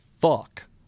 fuck